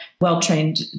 well-trained